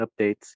updates